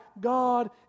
God